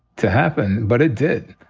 to happen. but it did.